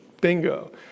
Bingo